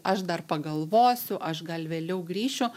aš dar pagalvosiu aš gal vėliau grįšiu